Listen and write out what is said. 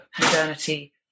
modernity